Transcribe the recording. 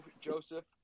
Joseph